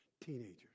teenagers